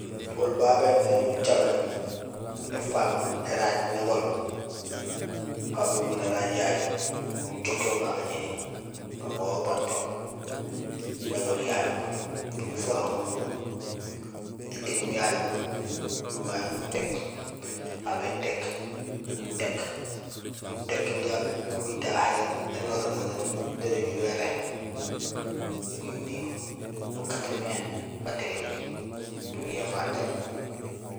Oli babé néni ucaméné éfaaŋ éraaj négool; aw béŋorul éraaj yayu nujook yo ma gaŋéni, nuŋa yo ubang to négol yayu ufaak nuŋorul étégum yayu nuŋa yo nutéy. Aw bétéy, nutéy, nutéy jaraam umi tahé énogéén nogéén taan éjuhé éré kinding nukaat mé batégéri nuyihéén ma taaj.